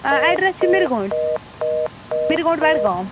آ ایٚڈرَس چھِ مِرگونٛڈ مِرگونٛڈ بَڈگام